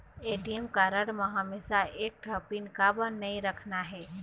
ATM card म हमेशा बर एक ठन पिन काबर नई रखना हे?